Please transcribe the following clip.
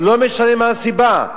לא משנה מה הסיבה,